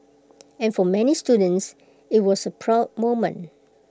and for many students IT was A proud moment